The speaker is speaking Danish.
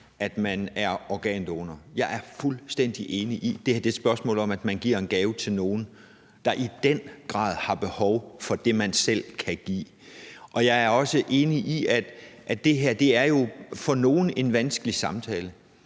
at man er organdonor. Jeg er fuldstændig enig i, at det her er et spørgsmål om, at man giver en gave til nogen, der i den grad har brug for det, man selv kan give. Jeg er også enig i, at det her jo for nogle er en vanskelig samtale.